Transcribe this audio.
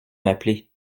m’appeler